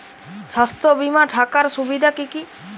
স্বাস্থ্য বিমা থাকার সুবিধা কী কী?